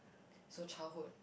so childhood